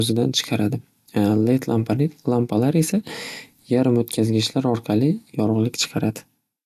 o'zidan chiqaradi. Led lampali lampalar esa yarim o'tkazgichlar orqali yorug'lik chiqaradi.